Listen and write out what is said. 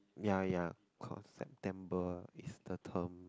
ya ya cause September is the tone